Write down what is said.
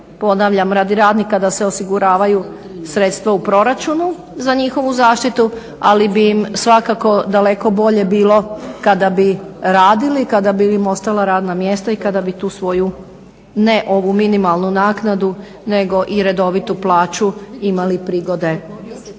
ponavljam, radi radnika da se osiguravaju sredstva u proračunu za njihovu zaštitu ali bi im svakako daleko bolje bilo kada bi radili, kada bi im ostala radna mjesta i kada bi tu svoju ne ovu minimalnu nego i redovitu plaću imali prigode